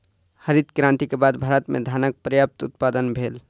हरित क्रांति के बाद भारत में धानक पर्यात उत्पादन भेल